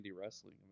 wrestling